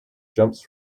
jumps